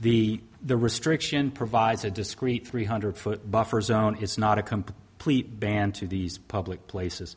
the the restriction provides a discreet three hundred foot buffer zone is not a complete ban to these public places